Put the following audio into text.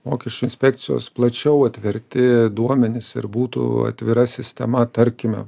mokesčių inspekcijos plačiau atverti duomenys ir būtų atvira sistema tarkime